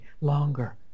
longer